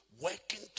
Working